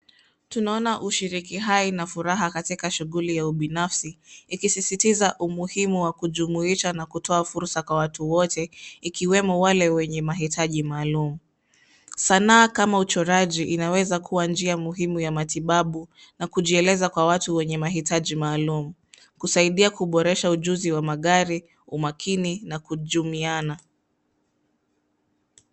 Tunaona ushiriki hai na furaha katika shughuli ya ubinafsi ikisisitiza umuhimu wa kujumuisha na kutoa fursa kwa watu wote, ikiwemo wale wenye mahitaji maalum. Sanaa kama uchoraji inaweza kuwa njia muhimu ya matibabu na kuweza kujieleza kwa watu wenye mahitaji maalum. Kusaidia kuboresha ujuzi wa magari, umakini na kujumiana.